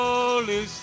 Holy